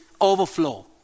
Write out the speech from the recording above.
overflow